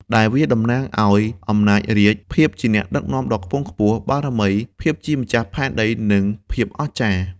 ដែលវាតំណាងឲ្យ អំណាចរាជ្យ ភាពជាអ្នកដឹកនាំដ៏ខ្ពង់ខ្ពស់ បារមី ភាពជាម្ចាស់ផែនដី និងភាពអស្ចារ្យ។